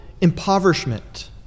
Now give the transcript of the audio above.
impoverishment